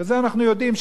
וזה אנחנו יודעים,